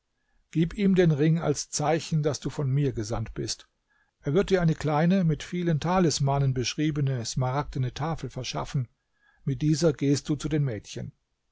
gib ihm den ring als zeichen daß du von mir gesandt bist er wird dir eine kleine mit vielen talismanen beschriebene smaragdene tafel verschaffen mit dieser gehst du zu den mädchen